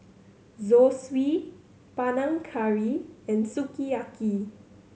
Zosui Panang Curry and Sukiyaki